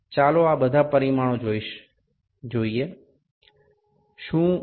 আসুন এই সমস্ত মান গুলি দেখি